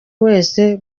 wese